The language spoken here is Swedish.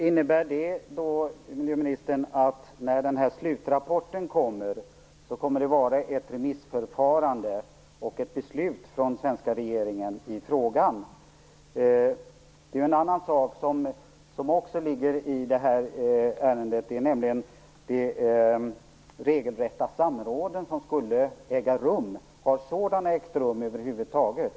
Herr talman! Innebär detta att det blir ett remissförfarande och ett beslut från den svenska regeringen i frågan när slutrapporten kommer, miljöministern? Det finns också en annan sak i detta ärende, nämligen de regelrätta samråd som skulle äga rum. Har sådana ägt rum över huvud taget?